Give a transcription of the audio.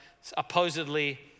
supposedly